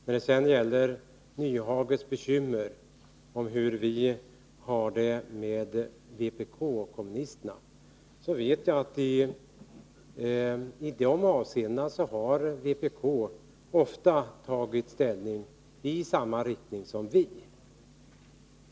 När det sedan gäller Hans Nyhages bekymmer om hur vi har det med kommunisterna vet jag att på det här området har vpk ofta tagit ställning i samma riktning som vi.